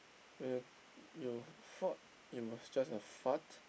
when you thought it was just a fart